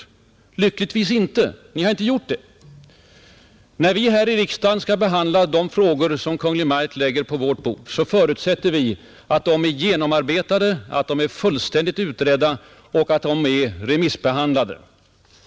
Ni har lyckligtvis inte gjort det i alla andra ärenden, När vi här i riksdagen skall behandla de frågor Kungl. Maj:t lägger på vårt bord, då förutsätter vi att de är genomarbetade, fullständigt utredda och remissbehandlade.